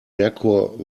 merkur